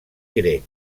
grec